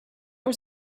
was